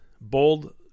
Bold